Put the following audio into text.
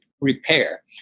repair